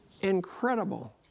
Incredible